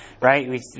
right